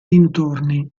dintorni